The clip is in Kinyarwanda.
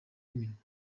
iminwa